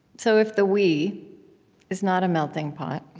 so if the we is not a melting pot,